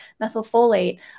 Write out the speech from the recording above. methylfolate